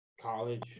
College